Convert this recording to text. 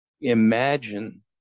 imagine